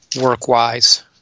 work-wise